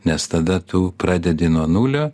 nes tada tu pradedi nuo nulio